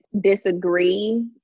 disagree